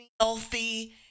healthy